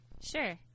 Sure